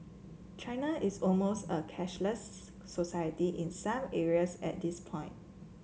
China is almost a cashless society in some areas at this point